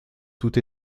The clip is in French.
tout